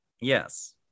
Yes